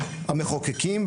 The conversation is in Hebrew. המחוקקים,